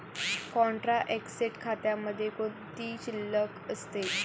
Contra asset खात्यामध्ये कोणती शिल्लक असते?